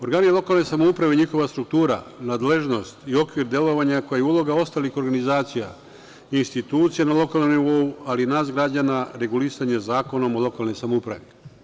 Organi lokalne samouprave i njihova struktura, nadležnost i okvir delovanja, kao i uloga ostalih organizacija i institucija na lokalnom nivou, ali i nas građana regulisano je Zakonom o lokalnoj samoupravi.